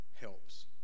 helps